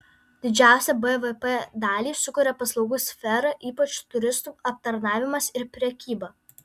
didžiausią bvp dalį sukuria paslaugų sfera ypač turistų aptarnavimas ir prekyba